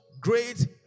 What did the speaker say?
great